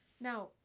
Now